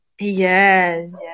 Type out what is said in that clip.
yes